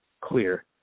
clear